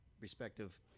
respective